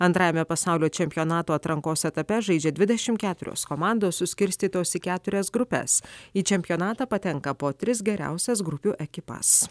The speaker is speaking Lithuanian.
antrajame pasaulio čempionato atrankos etape žaidžia dvidešimt komandos suskirstytos į keturias grupes į čempionatą patenka po tris geriausias grupių ekipas